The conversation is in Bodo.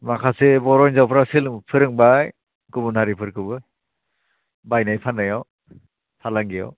माखासे बर' हिन्जावफ्रा फोरोंबाय गुबुन हारिफोरखौबो बायनाय फाननायाव फालांगियाव